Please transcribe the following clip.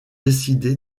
décidé